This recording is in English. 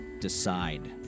decide